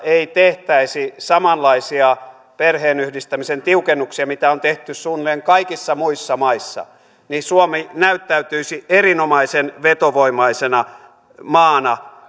ei tehtäisi samanlaisia perheenyhdistämisen tiukennuksia kuin mitä on tehty suunnilleen kaikissa muissa maissa niin suomi näyttäytyisi erinomaisen vetovoimaisena maana